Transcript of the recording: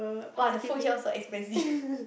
[wah] the food here all so expensive